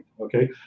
Okay